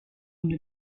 une